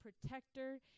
protector